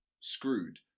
screwed